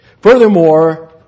Furthermore